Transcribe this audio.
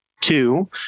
Two